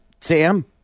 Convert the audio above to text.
Sam